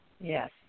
Yes